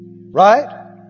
right